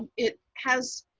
it has